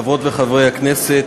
חברות וחברי הכנסת,